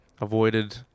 Avoided